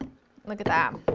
look at that,